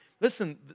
listen